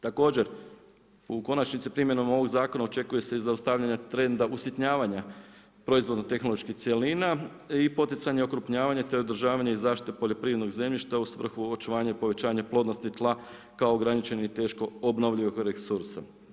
Također u konačnici primjenom ovog zakona očekuje i zaustavljanje trenda usitnjavanja proizvodno tehnoloških cjelina i poticanje okrupnjavanja te održavanje i zaštita poljoprivrednog zemljišta u svrhu očuvanja i povećanja plodnosti tla kao ograničeni i teško obnovljivog resursa.